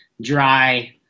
dry